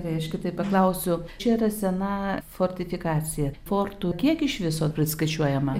tai aš kitaip paklausiu čia yra sena fortifikacija fortų kiek iš viso priskaičiuojama